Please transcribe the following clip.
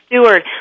steward